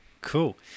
Cool